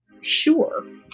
sure